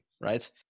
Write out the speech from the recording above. right